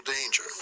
danger